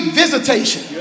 visitation